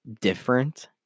different